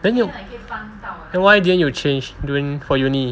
then you then why didn't you change during for uni